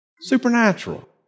Supernatural